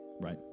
right